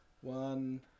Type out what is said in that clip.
one